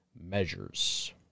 measures